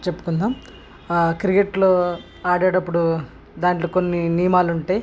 చెప్పుకుందాము ఆ క్రికెట్లో ఆడేటప్పుడు దాంట్లో కొన్ని నియమాలు ఉంటాయి